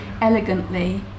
elegantly